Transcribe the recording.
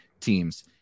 teams